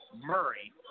Murray